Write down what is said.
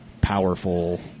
powerful